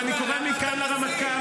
-- ואני קורא מכאן לרמטכ"ל,